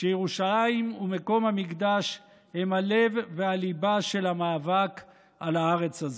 שירושלים ומקום המקדש הם הלב והליבה של המאבק על הארץ הזאת.